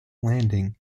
landing